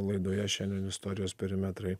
laidoje šiandien istorijos perimetrai